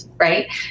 Right